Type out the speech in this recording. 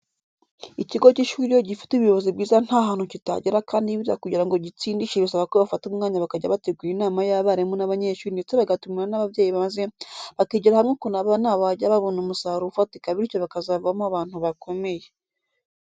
Ikigo cy'ishuri iyo gifite ubuyobozi bwiza nta hantu kitagera kandi buriya kugira ngo gitsindishe bisaba ko bafata umwanya bakajya bategura inama y'abarimu n'abanyeshuri ndetse bagatumira n'ababyeyi maze bakigira hamwe ukuntu abana bajya babona umusaruro ufatika bityo bakazavamo abantu bakomeye.